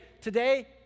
today